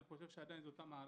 אני חושב שעדיין זה אותה מערכת.